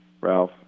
Ralph